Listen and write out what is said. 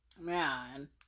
Man